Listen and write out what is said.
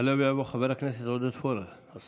יעלה ויבוא השר עודד פורר.